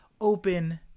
open